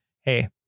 hey